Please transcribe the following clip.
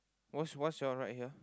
what's what's your right here